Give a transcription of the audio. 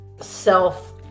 self